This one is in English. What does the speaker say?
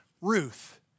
Ruth